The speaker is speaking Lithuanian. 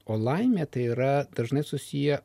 o laimė tai yra dažnai susiję